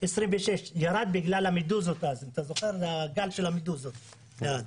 26 זה ירד בגלל הגל של המדוזות שהיה אז.